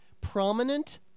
prominent